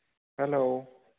hello